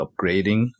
upgrading